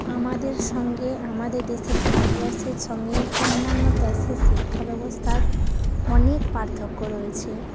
আমাদের সঙ্গে আমাদের দেশের ভারতবর্ষের সঙ্গে অন্যান্য দেশের শিক্ষা ব্যবস্থার অনেক পার্থক্য রয়েছে